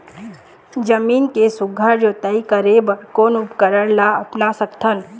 जमीन के सुघ्घर जोताई करे बर कोन उपकरण ला अपना सकथन?